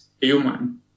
human